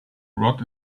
rod